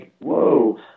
whoa